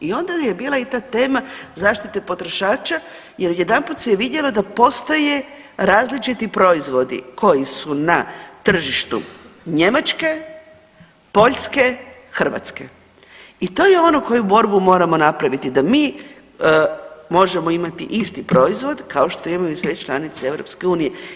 I onda je bila i ta tema zaštite potrošača, jer jedanput se je vidjelo da postoje različiti proizvodi koji su na tržištu Njemačke, Poljske, Hrvatske i to je ono koju borbu moramo napraviti da mi možemo imati isti proizvod kao što imaju i sve članice EU.